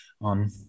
on